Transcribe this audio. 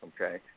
Okay